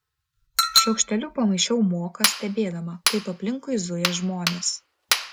šaukšteliu pamaišiau moką stebėdama kaip aplinkui zuja žmonės